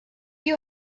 you